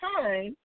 time